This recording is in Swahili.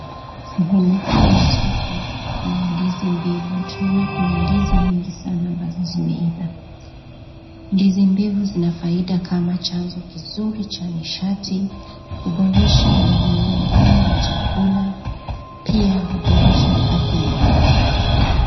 Sehemu hii ya soko ni ya ndizi mingi tunaona akona ndizi mingi na zimeiva, ndizi ndefu zikona faida kama chanzo kizuri, huboresha miengenyo ya chakula, pia huboresha afya ya moyo.